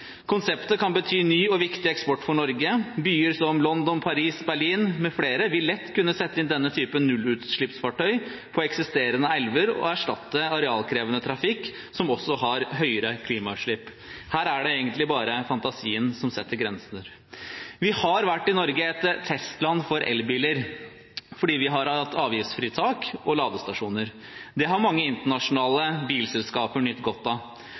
Konseptet kan bety ny og viktig eksport for Norge. Byer som London, Paris, Berlin, mfl. vil lett kunne sette inn denne typen nullutslippsfartøy på eksisterende elver og erstatte arealkrevende trafikk som også har høyere klimautslipp. Her er det egentlig bare fantasien som setter grenser. Norge har vært et testland for elbiler, fordi vi har hatt avgiftsfritak og ladestasjoner. Det har mange internasjonale bilselskaper nytt godt av.